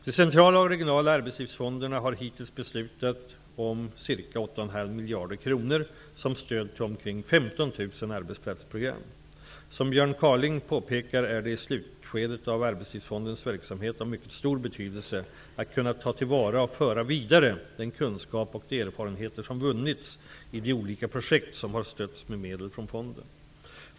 Den centrala och de regionala arbetslivsfonderna har hittills beslutat om ca 8,5 miljarder kronor som stöd till omkring 15 000 arbetsplatsprogram. Som Björn Kaaling påpekar är det i slutskedet av Arbetslivsfondens verksamhet av mycket stor betydelse att kunna ta till vara och föra vidare den kunskap och de erfarenheter som vunnits i de olika projekt som har stötts med medel från fonden.